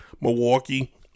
Milwaukee